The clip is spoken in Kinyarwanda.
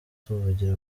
tuvugira